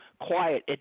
quiet